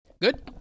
Good